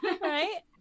right